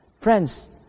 friends